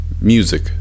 music